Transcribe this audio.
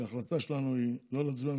כי ההחלטה שלנו היא לא להצביע,